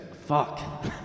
Fuck